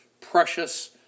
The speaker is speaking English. precious